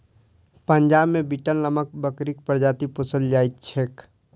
पंजाब मे बीटल नामक बकरीक प्रजाति पोसल जाइत छैक